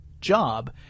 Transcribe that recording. job